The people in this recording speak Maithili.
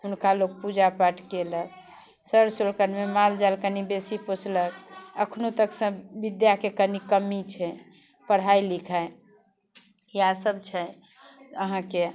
हुनका लोक पूजा पाठ कयलक सर सौलकनमे मालजाल कनि बेसी पोसलक एखनो तक सभ विद्याके कनि कमी छै पढ़ाइ लिखाइ इएहसभ छै अहाँके